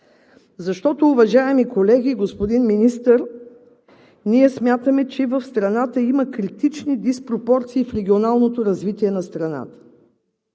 Защото, уважаеми колеги и господин Министър, ние смятаме, че в страната има критични диспропорции в регионалното развитие на страната